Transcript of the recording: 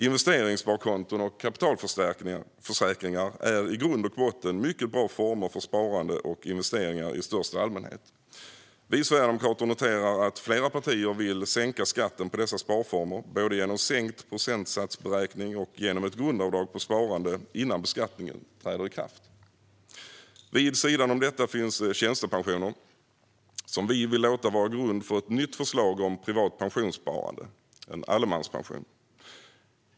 Investeringssparkonton och kapitalförsäkringar är i grund och botten mycket bra former för sparande och investeringar i största allmänhet. Vi sverigedemokrater noterar att flera partier vill sänka skatten på dessa sparformer, både genom sänkt procentsatsberäkning och genom ett grundavdrag på sparande innan beskattningen träder i kraft. Vid sidan om detta finns det tjänstepensioner. Vi vill låta dem vara grund för ett nytt förslag om privat pensionssparande, en allemanspension.